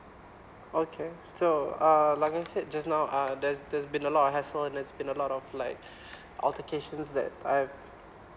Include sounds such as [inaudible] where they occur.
okay so uh like I said just now uh there's there's been a lot of hassle and there's been a lot of like [breath] altercations that I